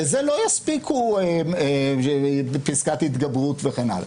לזה לא יספיקו פסקת התגברות וכן הלאה.